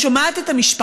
אבל המציאות היא אחרת,